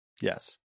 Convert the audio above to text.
Yes